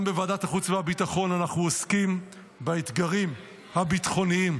גם בוועדת החוץ והביטחון אנחנו עוסקים באתגרים הביטחוניים